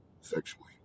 sexually